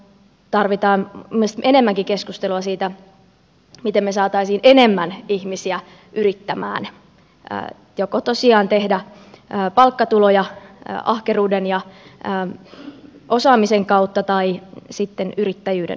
tarvitaan mielestäni enemmänkin keskustelua siitä miten me saisimme enemmän ihmisiä yrittämään joko tosiaan tekemällä palkkatuloja ahkeruuden ja osaamisen kautta tai sitten yrittäjyyden kautta